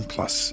Plus